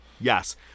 Yes